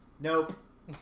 Nope